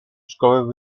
szkoły